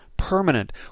permanent